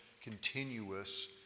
continuous